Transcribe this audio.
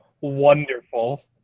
wonderful